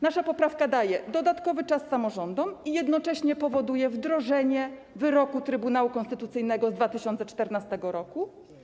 Nasza poprawka daje dodatkowy czas samorządom i jednocześnie powoduje wdrożenie wyroku Trybunału Konstytucyjnego z 2014 r.